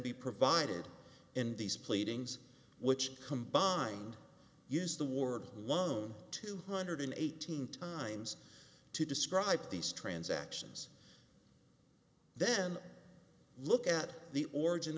be provided in these pleadings which combined use the word loan two hundred eighteen times to describe these transactions then look at the origin